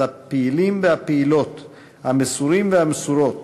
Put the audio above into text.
הפעילים והפעילות המסורים והמסורות,